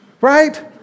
right